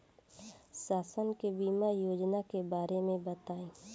शासन के बीमा योजना के बारे में बताईं?